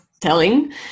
telling